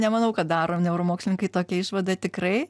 nemanau kad daro neuromokslininkai tokią išvadą tikrai